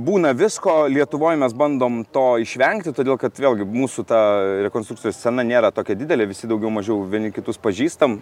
būna visko lietuvoj mes bandom to išvengti todėl kad vėlgi mūsų ta rekonstrukcijos scena nėra tokia didelė visi daugiau mažiau vieni kitus pažįstam